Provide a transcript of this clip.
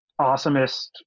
awesomest